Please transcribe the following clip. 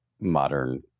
modern